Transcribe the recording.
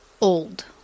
old